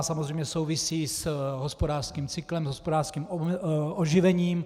Samozřejmě souvisí s hospodářským cyklem, s hospodářským oživením.